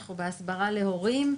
אנחנו בהסברה להורים,